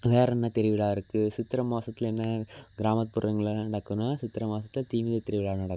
வேறென்ன திருவிழா இருக்குது சித்திரை மாதத்துல என்ன கிராமப்புறங்களில் என்ன நடக்குன்னால் சித்திரை மாதத்துல தீமிதித் திருவிழா நடக்கும்